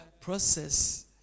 process